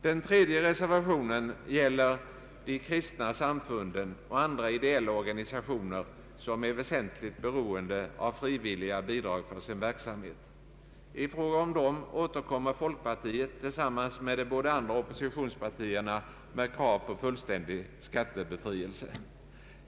Den tredje reservationen gäller de kristna samfunden och andra ideella organisationer som är väsentligt beroende av frivilliga bidrag för sin verksamhet. I fråga om dem återkommer folkpartiet tillsammans med de båda andra oppositionspartierna med krav på fullständig skattebefrielse.